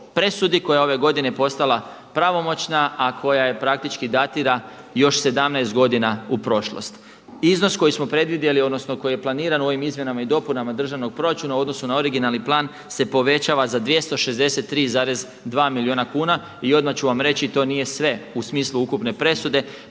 presudi koja ove godine postala pravomoćna, a koja praktički datira još 17 godina u prošlost. Iznos koji smo predvidjeli, odnosno koji je planiran u ovim izmjenama i dopunama državnog proračuna u odnosu na originalni plan se povećava za 263,2 milijuna kuna. I odmah ću vam reći to nije sve u smislu ukupne presude.